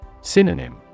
Synonym